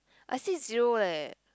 I said zero leh